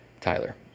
Tyler